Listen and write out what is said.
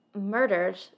murdered